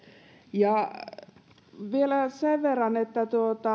vielä sen verran että